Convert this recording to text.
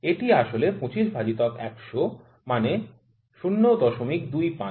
এটি আসলে ২৫ ভাজিত ১০০ মানে ০২৫